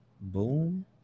Boom